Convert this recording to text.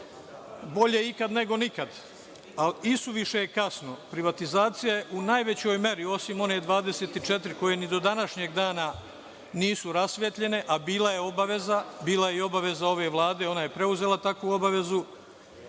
Bolje ikad nego nikad. Ali, isuviše je kasno. Privatizacija je u najvećoj meri, osim one 24 koje ni do današnjeg dana nisu rasvetljene, a bila je obaveza, bila je i obaveza ove Vlade, ona je preuzela takvu obavezu.